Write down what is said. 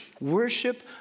Worship